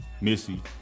Missy